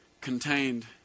contained